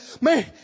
Man